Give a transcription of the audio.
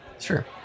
Sure